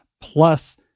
Plus